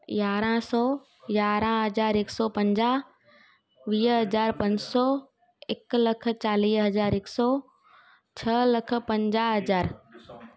यारहं सौ यारहं हज़ार हिकु सौ पंजाहु वीह हज़ार पंज सौ हिकु लखु चालीह हज़ार हिकु सौ छह लख पंजाहु हज़ार